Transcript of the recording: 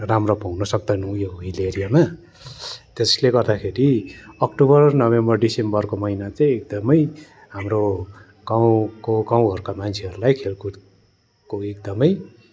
राम्रो पाउन सक्दैनौँ यो हिल एरियामा त्यसले गर्दाखेरि अक्टोबर नोभेम्बर डिसम्बरको महिना चाहिँ एकदमै हाम्रो गाउँको गाउँ घरका मान्छेहरूलाई खेलकुदको एकदमै